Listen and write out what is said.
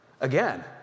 Again